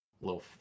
little